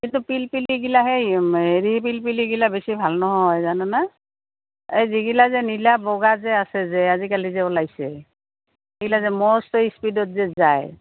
কিন্তু পিলপিলিগিলা সেই হেৰি পিল পিলিগিলা বেছি ভাল নহয় জানো না এই যিগিলা যে নীলা বগা যে আছে যে আজিকালি যে ওলাইছে সিগিলা যে মষ্ট স্পীডত যে যায়